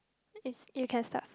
is you can start first